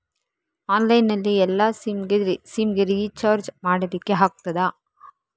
Online ನಲ್ಲಿ ಎಲ್ಲಾ SIM ಗೆ ರಿಚಾರ್ಜ್ ಮಾಡಲಿಕ್ಕೆ ಆಗ್ತದಾ?